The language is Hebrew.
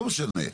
לא משנה,